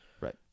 Right